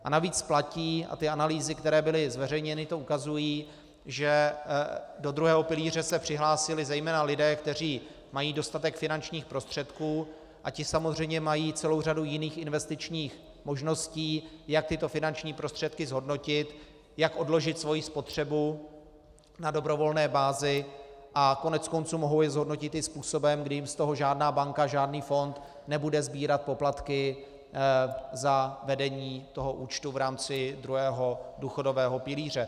A navíc platí, a analýzy, které byly zveřejněny, to ukazují, že do druhého pilíře se přihlásili zejména lidé, kteří mají dostatek finančních prostředků, a ti samozřejmě mají celou řadu jiných investičních možností, jak tyto finanční prostředky zhodnotit, jak odložit svou spotřebu na dobrovolné bázi, a koneckonců mohou to i zhodnotit způsobem, kdy jim z toho žádná banka a žádný fond nebude sbírat poplatky za vedení účtu v rámci druhého důchodového pilíře.